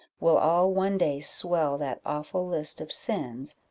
will all one day swell that awful list of sins,